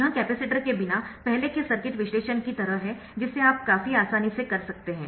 यह कैपेसिटर के बिना पहले के सर्किट विश्लेषण की तरह है जिसे आप काफी आसानी से कर सकते है